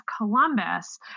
Columbus